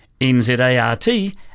NZART